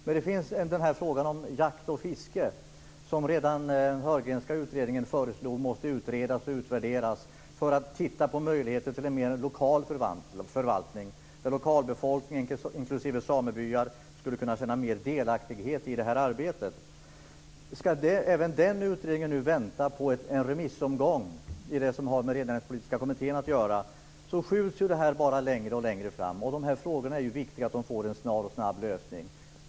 Redan i den Hörgrenska utredningen föreslogs dock att frågan om jakt och fiske måste utredas och utvärderas med tanke på möjligheterna att få till stånd en mer lokal förvaltning, som lokalbefolkning inklusive samebyar skulle kunna känna större delaktighet i. Ska även den utredningen nu vänta på en remissomgång vad avser det som har att göra med Rennäringspolitiska kommittén, skjuts detta upp alltmer. Det är viktigt att dessa frågor får en snar och snabb lösning.